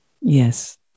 Yes